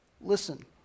Listen